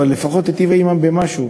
אבל לפחות היטיבה עמם במשהו.